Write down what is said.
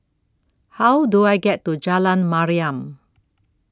How Do I get to Jalan Mariam